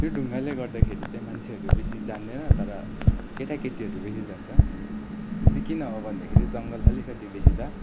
त्यो ढुङ्गाले गर्दाखेरि चाहिँ मान्छेहरू बेसी जाँदैन तर केटाकेटीहरू बेसी जान्छ त्यो चाहिँ किन हो भन्दाखेरि जङ्गल अलिकति बेसी छ